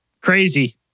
crazy